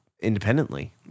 independently